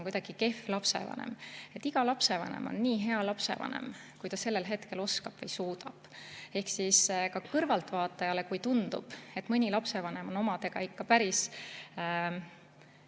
kuidagi kehv lapsevanem. Iga lapsevanem on nii hea lapsevanem, kui ta sellel hetkel oskab või suudab. Ehk kui ka kõrvaltvaatajale tundub, et mõni lapsevanem on omadega ikka päris